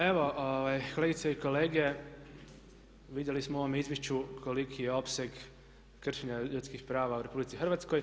Evo kolegice i kolege vidjeli smo u ovom izvješću koliki je opseg kršenja ljudskih prava u RH.